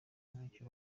ntacyo